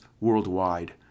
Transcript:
worldwide